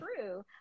true